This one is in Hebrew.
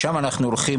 לשם אנחנו הולכים,